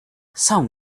some